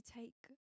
take